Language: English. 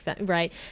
right